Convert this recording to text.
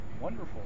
wonderful